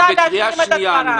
אני רוצה להשלים את דבריי.